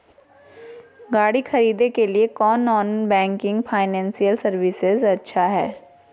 गाड़ी खरीदे के लिए कौन नॉन बैंकिंग फाइनेंशियल सर्विसेज अच्छा है?